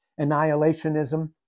annihilationism